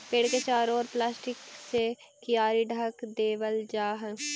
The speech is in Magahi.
पेड़ के चारों ओर प्लास्टिक से कियारी ढँक देवल जा हई